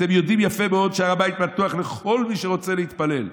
אתם יודעים יפה מאוד שהר הבית פתוח לכל מי שרוצה להתפלל.